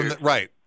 right